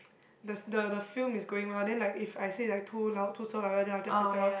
the s~ the the film is going well then like if I say like too loud too soft and then I'll adjust then tell her